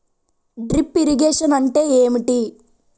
Drip irrigation అంటే ఏమిటి?